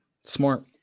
Smart